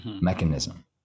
mechanism